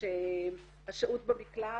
פה שהשהות במקלט,